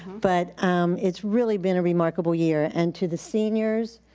but um it's really been a remarkable year. and to the seniors,